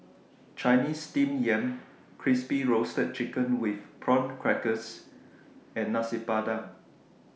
Chinese Steamed Yam Crispy Roasted Chicken with Prawn Crackers and Nasi Padang